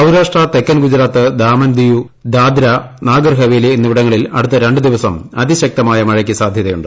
സൌരാഷ്ട്ര തെക്കൻ ഗൂജറാത്ത് ദാമൻ ദിയു ദാദ്ര നാഗർഹവേലി എന്നിവിടങ്ങളിൽ അടുത്ത രണ്ട് ദിവസം അതിശക്തമായ മഴയ്ക്ക് സാധ്യതയുണ്ട്